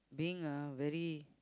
being a very